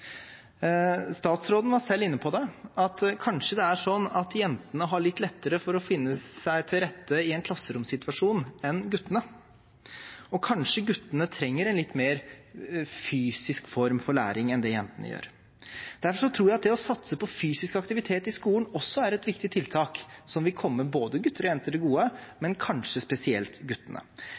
Statsråden var selv inne på at kanskje det er sånn at jentene har litt lettere for å finne seg til rette i en klasseromssituasjon enn guttene. Og kanskje guttene trenger en litt mer fysisk form for læring enn det jentene gjør. Derfor tror jeg at det å satse på fysisk aktivitet i skolen også er et viktig tiltak – som vil komme både gutter og jenter til gode, men kanskje spesielt guttene.